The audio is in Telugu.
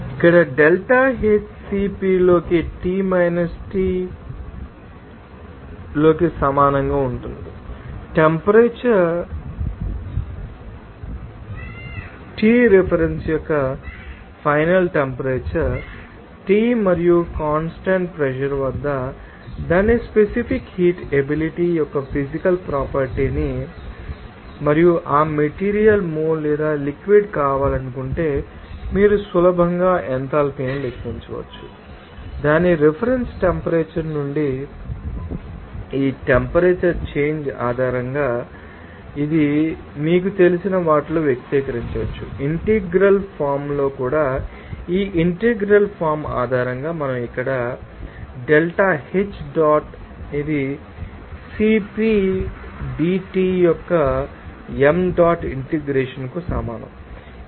ఇక్కడ డెల్టా H CP లోకి T మైనస్ Treference లోకి సమానంగా ఉంటుంది ట్టెంపరేచర్ Treference యొక్క ఫైనల్ టెంపరేచర్ T మరియు కాన్స్టాంట్ ప్రెషర్ వద్ద దాని స్పెసిఫిక్ హీట్ ఎబిలిటీ యొక్క ఫీజికల్ ప్రాపర్టీ ని మీకు తెలిస్తే మరియు ఆ మెటీరియల్ మోల్ లేదా లిక్విడ్ కావాలనుకుంటే మీరు సులభంగా ఎంథాల్పీని లెక్కించవచ్చు దాని రిఫరెన్స్ టెంపరేచర్ నుండి ఈ టెంపరేచర్ చేంజ్ ఆధారంగా చేంజ్ మరియు ఇది మీకు తెలిసిన వాటిలో వ్యక్తీకరించవచ్చు ఇంటెగ్రల్ ఫామ్ కూడా ఈ ఇంటెగ్రల్ ఫామ్ ఆధారంగా మనం ఇక్కడ వ్రాయవచ్చు డెల్టా H డాట్ ఇది CP dT యొక్క m డాట్ ఇంటిగ్రేషన్కు సమానం